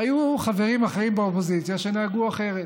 היו חברים אחרים באופוזיציה שנהגו אחרת.